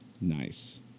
nice